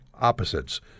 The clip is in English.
opposites